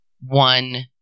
one